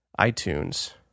iTunes